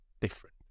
different